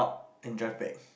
enjoy pad